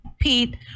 Pete